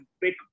big